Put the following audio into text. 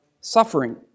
suffering